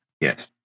Yes